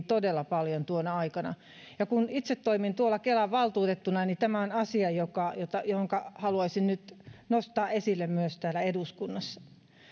todella paljon tuona aikana ja kun itse toimin tuolla kelan valtuutettuna niin tämä on asia jonka haluaisin nyt nostaa esille myös täällä eduskunnassa